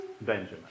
Benjamin